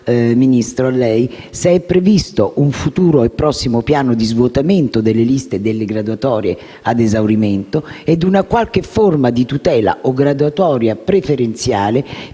pertanto, se sia previsto un futuro e prossimo piano di svuotamento delle liste delle graduatorie ad esaurimento e una qualche forma di tutela o graduatoria preferenziale